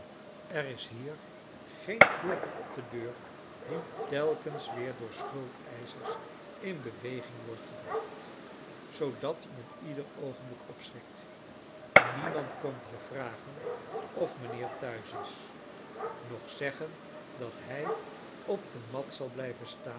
er is hier geen klopper op de deur die telkens weer door de schuldeischers in beweging wordt gebraeht zoodat men ieder oogenblik opschrikt niemand komt hier vragen of mijnheer thuis is noch zeggen dat hij op de mat zal blijven staan